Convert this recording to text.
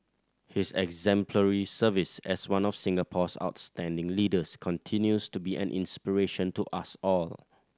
his exemplary service as one of Singapore's outstanding leaders continues to be an inspiration to us all